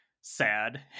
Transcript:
sad